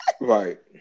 Right